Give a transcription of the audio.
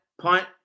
punt